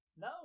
No